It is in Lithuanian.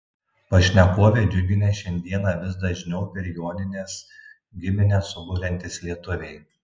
pašnekovę džiugina šiandieną vis dažniau per jonines giminę suburiantys lietuviai